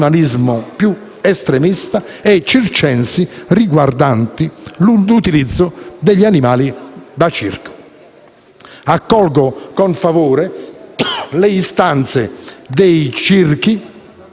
più estremista e i circensi, riguardo l'utilizzo degli animali nei circhi. Accolgo con favore le istanze dei circhi